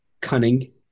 cunning